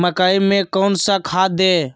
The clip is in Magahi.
मकई में कौन सा खाद दे?